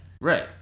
right